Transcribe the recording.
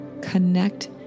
connect